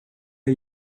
are